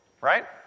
Right